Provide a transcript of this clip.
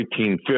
1850